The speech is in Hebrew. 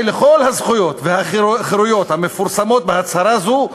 לכל הזכויות והחירויות המפורסמות בהצהרה זו,